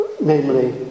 Namely